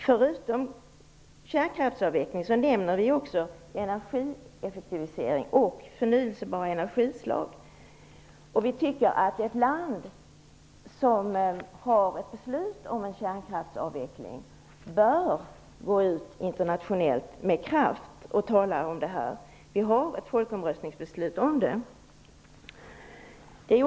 Förutom kärnkraftsavveckling nämner vi också energieffektivisering och förnyelsebara energislag. Vi tycker att ett land som har beslutat om en kärnkraftsavveckling bör gå ut med kraft internationellt och tala om detta. Vi har ett folkomröstningsbeslut om det.